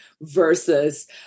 versus